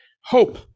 Hope